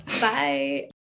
Bye